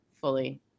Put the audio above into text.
fully